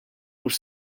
hux